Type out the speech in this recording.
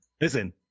Listen